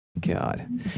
god